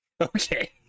Okay